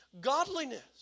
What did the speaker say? Godliness